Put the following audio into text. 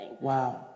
Wow